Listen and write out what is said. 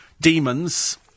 demons